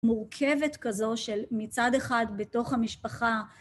מורכבת כזו של מצד אחד בתוך המשפחה.